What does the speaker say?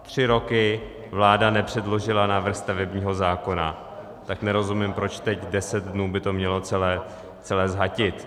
Tři roky vláda nepředložila návrh stavebního zákona, tak nerozumím, proč teď 10 dnů by to mělo celé zhatit.